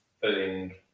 filling